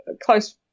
close